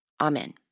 Amen